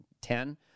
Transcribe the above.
ten